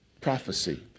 prophecy